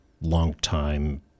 longtime